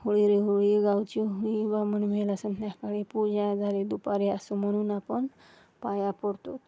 होळी रे होळी गावची होळी बामण मेला संध्याकाळी पूळी आजारी दुपारी असं म्हणून आपण पाया पडतो